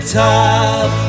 top